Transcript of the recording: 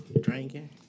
drinking